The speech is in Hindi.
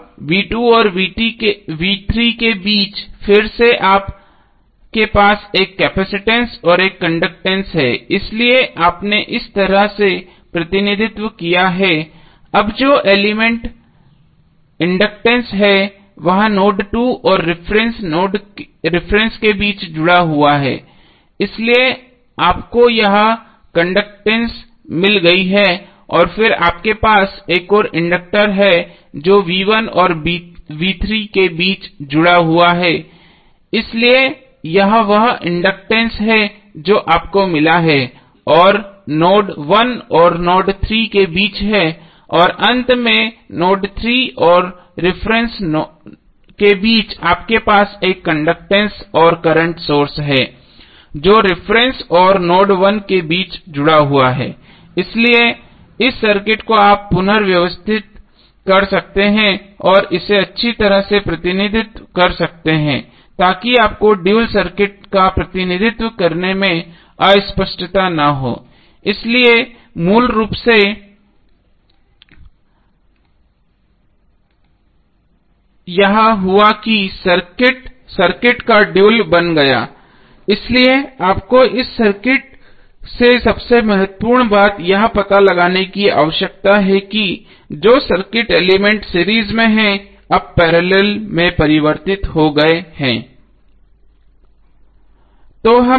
अब v2 और v3 के बीच फिर से आपके पास एक केपसिटंस और एक कंडक्टैंस है इसलिए आपने इस तरह से प्रतिनिधित्व किया है अब जो एलिमेंट इंडक्टेंस है वह नोड 2 और रिफरेन्स के बीच जुड़ा हुआ है इसलिए आपको यह कंडक्टैंस मिल गई है और फिर आपके पास एक और इंडक्टर है जो v1 और v3 के बीच जुड़ा हुआ है इसलिए यह वह इंडक्टेंस है जो आपको मिला है जो नोड 1 और नोड 3 के बीच है और अंत में नोड 3 और रिफरेन्स के बीच आपके पास एक कंडक्टैंस और करंट सोर्स है जो रिफरेन्स और नोड 1 के बीच जुड़ा हुआ है इसलिए इस सर्किट को आप पुन व्यवस्थित कर सकते हैं और इसे अच्छी तरह से प्रतिनिधित्व कर सकते हैं ताकि आपको ड्यूल सर्किट का प्रतिनिधित्व करने में अस्पष्टता न हो इसलिए मूल रूप से यह हुआ कि यह सर्किट सर्किट का ड्यूल बन गया है इसलिए आपको इस सर्किट से सबसे महत्वपूर्ण बात यह पता लगाने की आवश्यकता है की जो सर्किट एलिमेंट सीरीज में हैं अब पैरेलल में परिवर्तित हो गए हैं